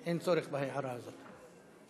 אין צורך בהערה הזאת,